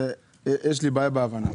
יש לי בעיה בהבנה.